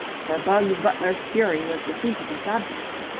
for bugs butler's fury was defeating its object.